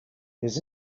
his